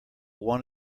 one